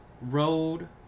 road